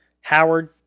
Howard